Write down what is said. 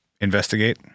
investigate